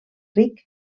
ric